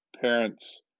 parents